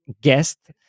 guest